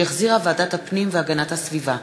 שהחזירה ועדת הפנים והגנת הסביבה,